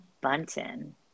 Bunton